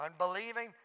unbelieving